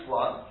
one